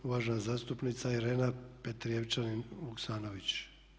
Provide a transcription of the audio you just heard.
Uvažena zastupnica Irena Petrijevčanin Vuksanović.